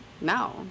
no